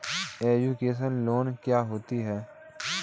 Education loan क्या होता है?